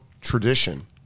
tradition